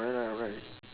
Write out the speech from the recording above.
right ah right